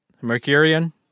Mercurian